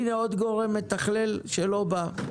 הנה, עוד גורם מתכלל שלא בא.